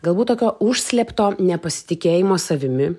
galbūt tokio užslėpto nepasitikėjimo savimi